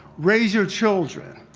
raise your children,